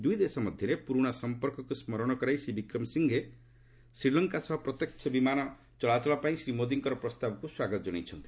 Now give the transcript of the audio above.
ଦୁଇ ଦେଶ ମଧ୍ୟରେ ପୁରୁଣା ସମ୍ପର୍କକୁ ସ୍କରଣ କରାଇ ଶ୍ରୀ ବିକ୍ରମସଂହେ ଶ୍ରୀଲଙ୍କା ସହ ପ୍ରତ୍ୟକ୍ଷ ବିମାନ ଚଳାଚଳପାଇଁ ଶ୍ରୀ ମୋଦିଙ୍କର ପ୍ରସ୍ତାବକୁ ସ୍ୱାଗତ ଜଣାଇଛନ୍ତି